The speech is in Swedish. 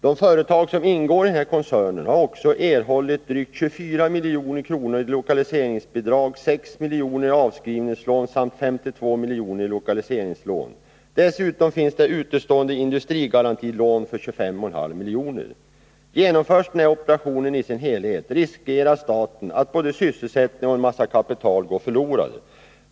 De företag som ingår i koncernen har erhållit drygt 24 milj.kr. i lokaliseringsbidrag, 6 milj.kr. i avskrivningslån och 52 milj.kr. i lokaliseringslån. Dessutom finns det utestående industrigarantilån för 25,5 milj.kr. Genomförs denna operation i sin helhet riskerar staten att både sysselsättning och ett betydande kapital går förlorade.